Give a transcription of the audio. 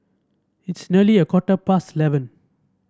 its nearly a quarter past eleven